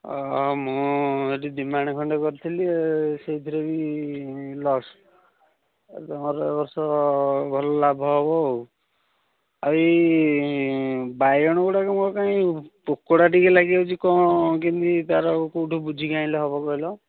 ମୁଁ ଏଇଠି ଦୁଇ ମାଣେ ଖଣ୍ଡେ କରିଥିଲି ସେଇଥିରେ ବି ଲସ୍ ଆଉ ତୁମର ଏ ବର୍ଷ ଭଲ ଲାଭ ହେବ ଆଉ ଆଉ ଏଇ ବାଇଗଣଗୁଡ଼ାକ ମୋର କାଇଁ ପୋକଟା ଟିକିଏ ଲାଗିଯାଉଛି କ'ଣ କେମିତି ତା'ର କେଉଁଠି ବୁଝିକି ଆଣିଲେ ହେବ କହିଲ